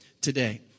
today